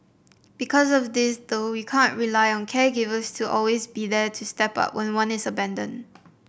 because of this though we can't rely on caregivers to always be there to step up when one is abandoned